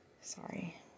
Sorry